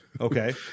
Okay